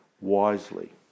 wisely